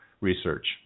research